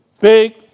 Big